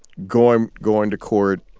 going going to court,